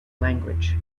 language